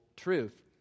truth